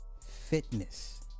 fitness